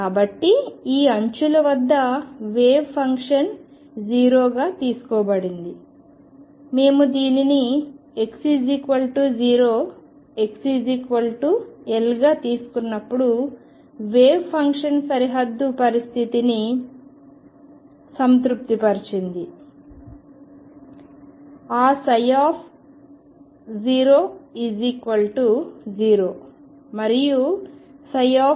కాబట్టి ఈ అంచుల వద్ద వేవ్ ఫంక్షన్ 0గా తీసుకోబడింది మేము దీనిని x0 xLగా తీసుకున్నప్పుడు వేవ్ ఫంక్షన్ సరిహద్దు పరిస్థితిని సంతృప్తిపరిచింది ఆ 00 మరియు L 0